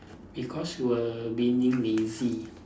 because you were being lazy